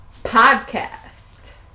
Podcast